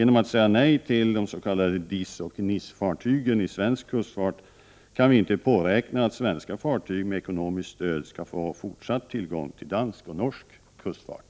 När vi säger nej till de s.k. DIS och NIS-fartygen i svensk kustfart, kan vi inte påräkna att svenska fartyg med ekonomiskt stöd skall få fortsatt tillgång till dansk och norsk kustfart.